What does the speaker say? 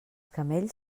camells